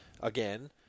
again